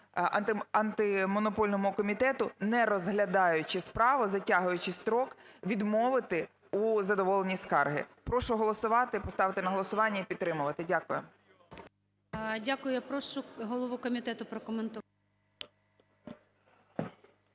Антимонопольному комітету, не розглядаючи справу, затягуючи строк, відмовити у задоволенні скарги. Прошу голосувати. Поставити на голосування і підтримувати. Дякую. ГОЛОВУЮЧИЙ. Дякую. Я прошу голову комітету прокоментувати.